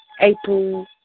April